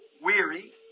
weary